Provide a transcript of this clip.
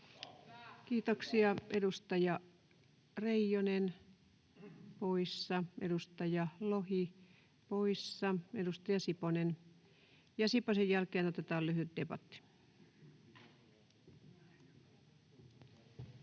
Kiitoksia. — Edustaja Reijonen poissa, edustaja Lohi poissa. — Edustaja Siponen, ja Siposen jälkeen otetaan lyhyt debatti. Arvoisa